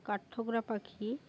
কাঠঠোকরা পাখি